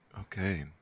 Okay